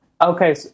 Okay